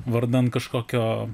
vardan kažkokio